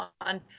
on